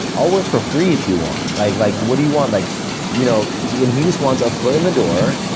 i'll work for free if you want, like like what do you want? like you know and he just wants a foot in the door,